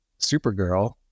Supergirl